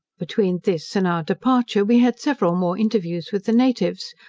between this and our departure we had several more interviews with the natives,